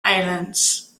islands